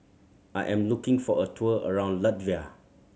I am looking for a tour around Latvia